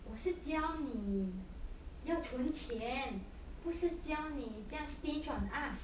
我是教你要存钱不是教你这样 stinge on us